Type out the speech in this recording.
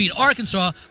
Arkansas